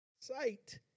Sight